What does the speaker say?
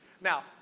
Now